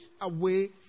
away